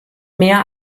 mehr